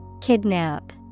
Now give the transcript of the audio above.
Kidnap